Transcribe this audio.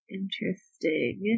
interesting